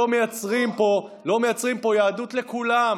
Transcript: אני לא רואה שום דבר יהודי בזה שלא מייצרים פה יהדות לכולם,